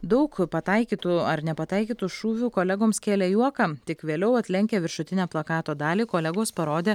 daug pataikytų ar nepataikytų šūvių kolegoms kėlė juoką tik vėliau atlenkę viršutinę plakato dalį kolegos parodė